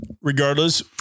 regardless